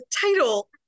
title